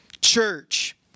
church